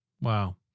Wow